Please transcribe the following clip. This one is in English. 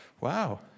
wow